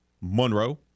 Monroe